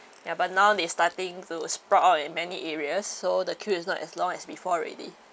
ya but now they starting to sprout out in many areas so the queue is not as long as before already